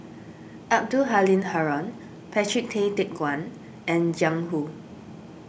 Abdul Halim Haron Patrick Tay Teck Guan and Jiang Hu